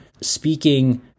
speaking